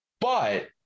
But-